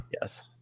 Yes